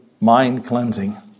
mind-cleansing